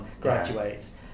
graduates